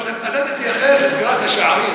אתה תתייחס לסגירת השערים,